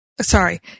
sorry